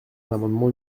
l’amendement